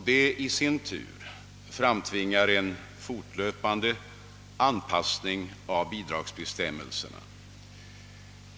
Detta i sin tur framtvingar en fortlöpande anpassning av bidragsbestämmelserna.